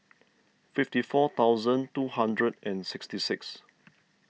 fifty four thousand two hundred and sixty six